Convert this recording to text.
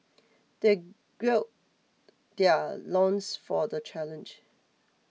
they gird their loins for the challenge